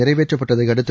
நிறைவேற்றப்பட்டதை அடுத்து